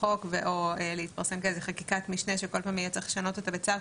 לחוק או להתפרסם בחקיקת משנה שכל פעם יהיה צריך לשנות אותה בכתב.